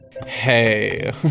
Hey